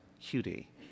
cutie